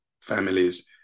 families